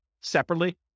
separately